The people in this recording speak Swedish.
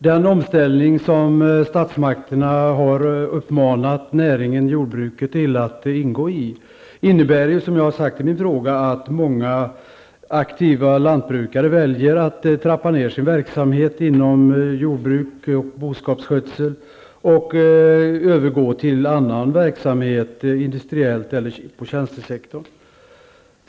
Den omställning som statsmakterna har uppmanat jordbruket att gå in i innebär, som jag sagt i min fråga, att många aktiva lantbrukare väljer att trappa ned sin verksamhet inom jordbruk och boskapsskötsel och att övergå till annan verksamhet, inom industrin eller inom tjänstesektorn.